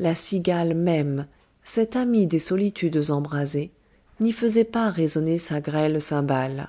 la cigale même cette amie des solitudes embrasées n'y faisait pas résonner sa grêle cymbale